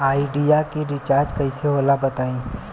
Idea के recharge कइसे होला बताई?